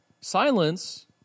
silence